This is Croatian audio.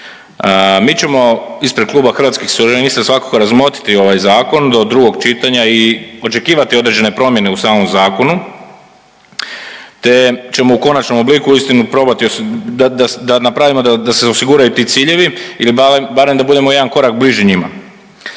Mi ćemo ispred Kluba Hrvatskih suverenista svakako razmotriti ovaj Zakon do drugog čitanja i očekivati određene promjene u samom zakonu te ćemo u konačnom obliku uistinu probati da napravimo da se osiguraju ti ciljevi ili barem da budemo jedan korak bliži njima.